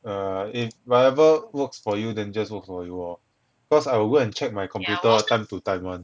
err if whatever works for you then just work for you lor causee I will go and check my computer time to time [one]